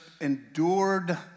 endured